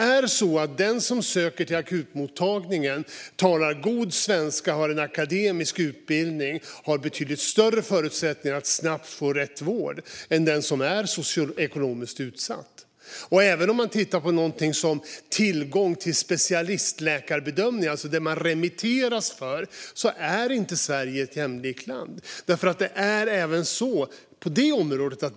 Om man söker sig till akutmottagningen har man betydligt större förutsättningar att snabbt få rätt vård om man talar god svenska och har en akademisk utbildning än om man är socioekonomiskt utsatt. Inte heller när det gäller tillgång till specialistläkarbedömningar, det vill säga det man remitteras för, är Sverige ett jämlikt land. Vi har även skillnader på det området.